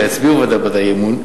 שיצביעו ודאי בעד האי-אמון.